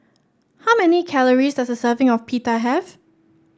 how many calories does a serving of Pita have